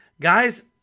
guys